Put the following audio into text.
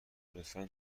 لطفا